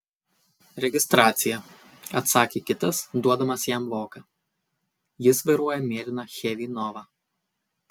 registracija atsakė kitas duodamas jam voką jis vairuoja mėlyną chevy nova